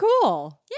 cool